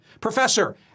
Professor